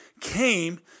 came